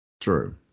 True